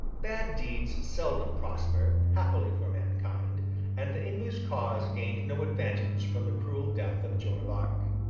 bad deeds seldom prosper, happily for mankind and the english cause gained no advantage from the cruel death of joan of arc.